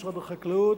משרד החקלאות